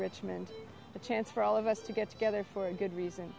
richmond a chance for all of us to get together for a good reason